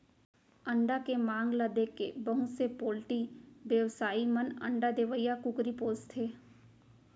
अंडा के मांग ल देखके बहुत से पोल्टी बेवसायी मन अंडा देवइया कुकरी पोसथें